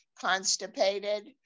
constipated